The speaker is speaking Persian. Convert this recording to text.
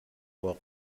واق